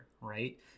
Right